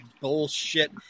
bullshit